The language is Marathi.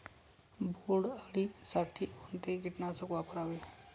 बोंडअळी साठी कोणते किटकनाशक वापरावे?